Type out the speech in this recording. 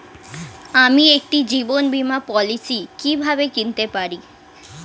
আমি একটি জীবন বীমা পলিসি কিভাবে কিনতে পারি?